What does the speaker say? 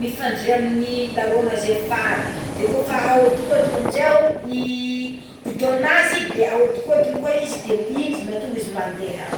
mifafandray amigny laroanazy afara de koa afa ahodikodigna azy amign'izao i gidonazy de ahodikodina koa izy de igny izy ko mahatonga izy mandeha.